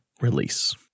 release